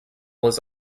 was